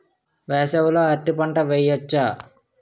వేసవి లో అరటి పంట వెయ్యొచ్చా?